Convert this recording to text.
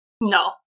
no